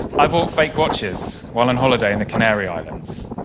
i bought fake watches while on holiday in the canary islands.